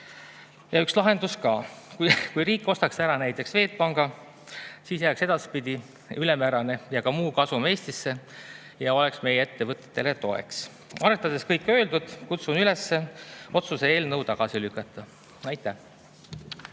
üks lahendus ka. Kui riik ostaks ära näiteks Swedbanki, siis jääks edaspidi ülemäärane ja ka muu kasum Eestisse. See oleks meie ettevõtetele toeks. Arvestades kõike öeldut, kutsun üles otsuse eelnõu tagasi lükkama. Aitäh!